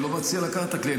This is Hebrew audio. אני לא מציע לקחת את הכלי.